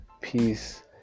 peace